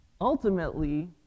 ultimately